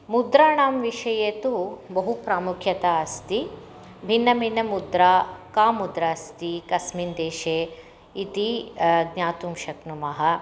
मुद्राणां विषये तु बहु प्रामुख्यम् अस्ति भिन्नभिन्नमुद्रा का मुद्रा अस्ति कस्मिन् देशे इति ज्ञातुं शक्नुमः